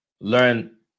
learn